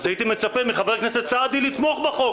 הייתי מצפה מחבר הכנסת סעדי לתמוך בחוק.